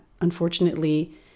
unfortunately